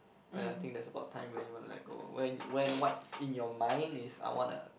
and I think that's about time when you want to let go when when what's in your mind is I wanna